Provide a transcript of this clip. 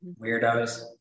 Weirdos